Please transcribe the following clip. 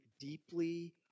deeply